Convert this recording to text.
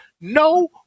No